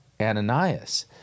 Ananias